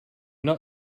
not